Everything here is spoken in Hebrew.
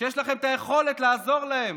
כשיש לכם את היכולת לעזור להם